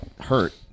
hurt